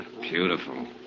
Beautiful